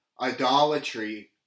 idolatry